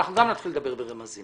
גם אנחנו נתחיל לדבר ברמזים.